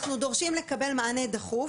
אנחנו דורשים לקבל מענה דחוף.